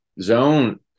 Zone